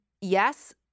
yes